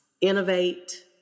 innovate